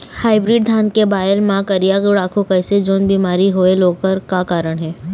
Hybrid धान के बायेल मां करिया गुड़ाखू कस जोन बीमारी होएल ओकर का कारण हे?